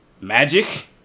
Magic